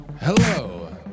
Hello